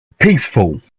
Peaceful